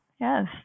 yes